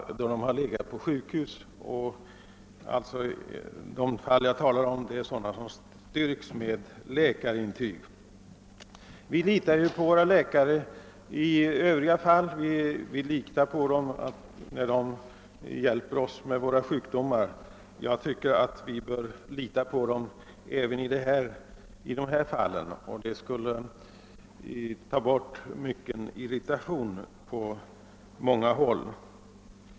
Detta har inträffat även då vederbörande har legat på sjukhus. Vi litar ju på våra läkare, när de i övrigt försöker hjälpa oss mot våra sjukdomar, och jag tycker att vi bör lita på dem även i sådana fall som det här gäller. Det skulle undanröja mycken irritation på många håll.